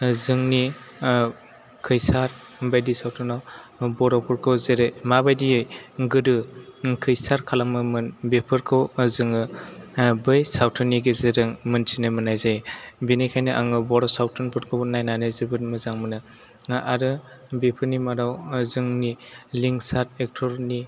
जोंनि खैसार बादि सावथुनाव बर'फोरखौ जेरै माबादियै गोदो खैसार खालामोमोन बेफोरखौ जोङो बै सावथुननि गेजेरजों मिन्थिनो मोननाय जायो बिनिखायनो आङो बर' सावथुनफोरखौबो नायनानै जोबोर मोजां मोनो आरो बेफोरनि मादाव जोंनि लिंसार एखथरनि